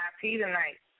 tonight